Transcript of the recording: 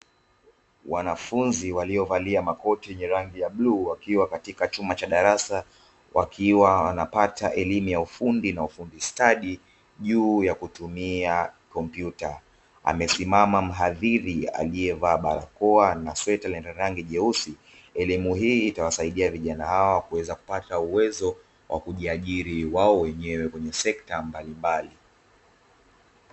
Wanafunzi waliovalia makoti yenye rangi ya bluu, wakiwa katika chumba cha darasa, wakiwa wanapata elimu ya ufundi na ufundi stadi juu ya kutumia kompyuta, amesimama mhadhiri aliyevaa barakoa na sweta lenye rangi jeusi, elimu hii itawasaidia vijana hawa kuweza kupata uwezo wa kujiajiri wao wenyewe kwenye sekta mbalimbali.